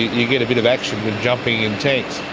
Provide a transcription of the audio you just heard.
you get a bit of action with jumping in tanks.